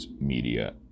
Media